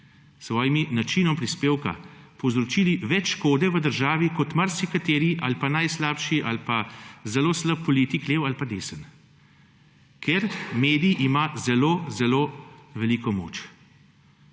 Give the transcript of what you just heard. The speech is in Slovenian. svojim načinom prispevka povzročili več škode v državi kot marsikateri ali pa najslabši ali pa zelo slab politik lev ali pa desni, ker medij ima zelo zelo veliko moč